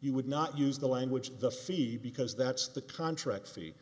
you would not use the language the fee because that's the contract fee